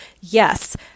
Yes